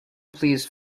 please